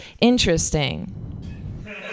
interesting